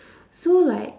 so like